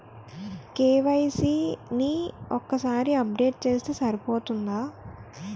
KYC ని ఒక్కసారి update చేస్తే సరిపోతుందా?